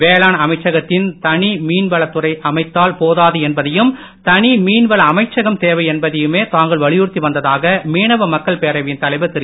வேளாண் அமைச்சகத்தின் தனி மீன்வளத்துறை அமைத்தால் போதாது என்பதையும் தனி மீன்வள அமைச்சகம் தேவை என்பதையுமே தாங்கள் வலியுறுத்தி வந்ததாக மீனவ மக்கள் பேரவையின் தலைவர் திரு